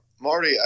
Marty